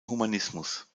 humanismus